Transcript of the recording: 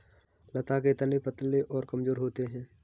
लता के तने पतले और कमजोर होते हैं